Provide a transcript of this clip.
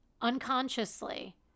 unconsciously